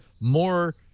more